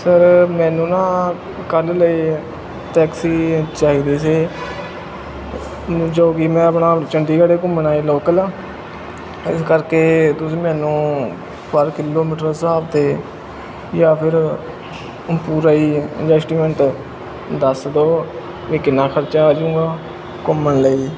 sir ਮੈਨੂੰ ਨਾ ਕੱਲ੍ਹ ਲਈ ਟੈਕਸੀ ਚਾਹੀਦੀ ਸੀ ਜੋ ਕਿ ਮੈਂ ਆਪਣਾ ਚੰਡੀਗੜ੍ਹ ਘੁੰਮਣਾ ਏ ਲੋਕਲ ਇਸ ਕਰਕੇ ਤੁਸੀਂ ਮੈਨੂੰ ਪਰ ਕਿਲੋਮੀਟਰ ਹਿਸਾਬ ਤੇ ਜਾਂ ਫਿਰ ਪੂਰਾ ਹੀ ਅਜੈਸਟਮੈਂਟ ਦੱਸ ਦਿਉ ਵੀ ਕਿੰਨਾਂ ਖਰਚਾ ਆ ਜਾਵੇਗਾ ਘੁੰਮਣ ਲਈ